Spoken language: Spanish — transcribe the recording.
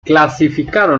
clasificaron